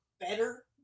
better